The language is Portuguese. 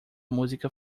música